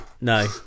No